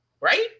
Right